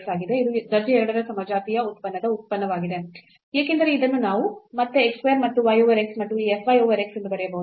ಇದು ದರ್ಜೆ 2 ರ ಸಮಜಾತೀಯ ಉತ್ಪನ್ನದ ಉತ್ಪನ್ನವಾಗಿದೆ ಏಕೆಂದರೆ ಇದನ್ನು ನಾವು ಮತ್ತೆ x square ಮತ್ತು y over x ಮತ್ತುಈ f y over x ಎಂದು ಬರೆಯಬಹುದು